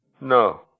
No